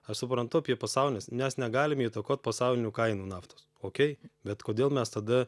aš suprantu apie pasaulį nes mes negalim įtakot pasaulinių kainų naftos okei bet kodėl mes tada